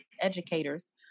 educators